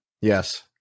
yes